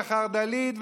החרד"לית,